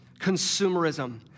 consumerism